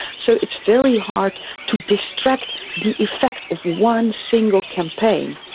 so it's very hard to distract the effect of one single campaign.